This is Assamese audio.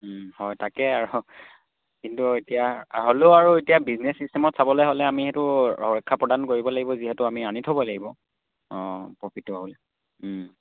হয় তাকে আৰু কিন্তু এতিয়া হ'লেও আৰু এতিয়া বিজনেছ চিষ্টেমত চাবলৈ হ'লে আমি সেইটো ৰক্ষা প্ৰদান কৰিব লাগিব যিহেতু আমি আনি থ'ব লাগিব অঁ প্ৰফিটটো হ'ব বুলি